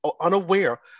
unaware